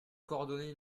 coordonner